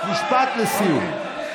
משפט לסיכום.